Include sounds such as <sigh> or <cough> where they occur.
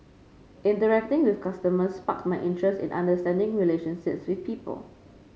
interacting with customers sparked my interest in understanding relationships <unintelligible> people